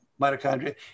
mitochondria